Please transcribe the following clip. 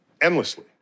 endlessly